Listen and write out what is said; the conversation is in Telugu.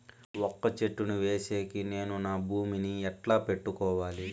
వక్క చెట్టును వేసేకి నేను నా భూమి ని ఎట్లా పెట్టుకోవాలి?